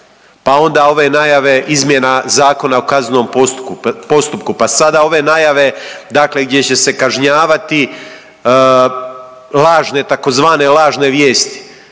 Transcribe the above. Pa onda ove izmjena Zakona o kaznenom postupku, pa sada ove najave, dakle gdje će se kažnjavati lažne, tzv. lažne vijesti.